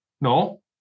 No